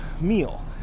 meal